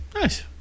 Nice